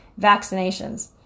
vaccinations